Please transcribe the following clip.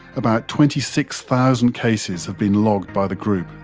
about twenty six thousand cases have been logged by the group.